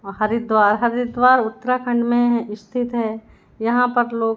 हरिद्वार हरिद्वार उत्तराखंड में है स्थित है यहाँ पर लोग